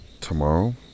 tomorrow